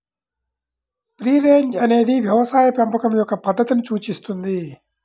free range అనేది వ్యవసాయ పెంపకం యొక్క పద్ధతిని సూచిస్తుంది